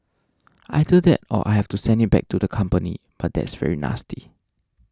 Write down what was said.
either that or I have to send it back to the company but that's very nasty